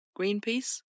Greenpeace